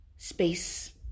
space